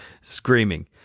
screaming